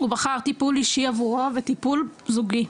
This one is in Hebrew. הוא בחר טיפול אישי עבורו וטיפול זוגי.